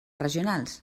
regionals